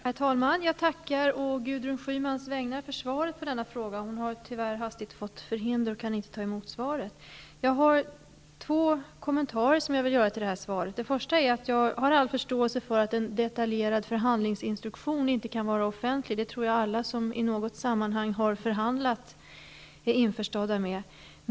Herr talman! Jag tackar på Gudrun Schymans vägnar för svaret på denna fråga. Hon har tyvärr hastigt fått förhinder och kan inte ta emot svaret. Jag har två kommentarer till svaret. Den första är att jag har all förståelse för att en detaljerad förhandlingsinstruktion inte kan vara offentlig -- det tror jag att alla som i något sammanhang har förhandlat är införstådda med.